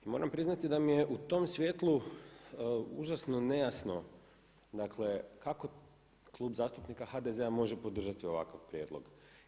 I moram priznati da mi je u tom svjetlu užasno nejasno dakle kako Klub zastupnika HDZ-a može podržati ovakav prijedlog.